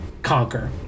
conquer